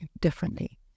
differently